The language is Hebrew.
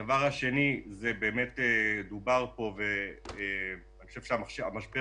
הדבר השני ודובר עליו פה אני חושב שהמשבר